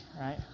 right